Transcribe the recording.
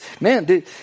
man